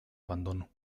abandono